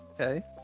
Okay